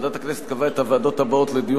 ועדת הכנסת קבעה את הוועדות הבאות לדיון